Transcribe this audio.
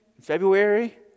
February